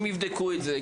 הם יבדקו את זה.